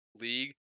league